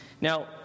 Now